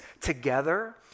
together